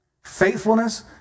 Faithfulness